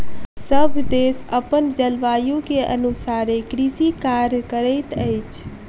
सभ देश अपन जलवायु के अनुसारे कृषि कार्य करैत अछि